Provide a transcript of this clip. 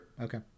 Okay